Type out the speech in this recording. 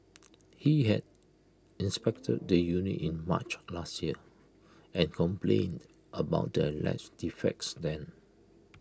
he had inspected the unit in March last year and complained about the alleged defects then